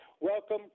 Welcome